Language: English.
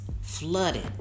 flooded